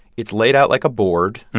it's laid out like a board